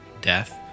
Death